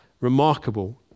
remarkable